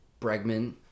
bregman